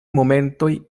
momentoj